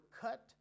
cut